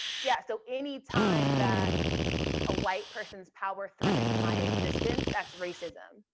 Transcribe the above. yeah, so any time that a white person's power threatens my existence, that's racism.